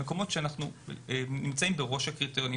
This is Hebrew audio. למקומות שנמצאים בראש הקריטריונים.